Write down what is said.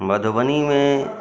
मधुबनीमे